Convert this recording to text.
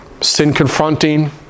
sin-confronting